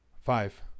Five